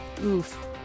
Oof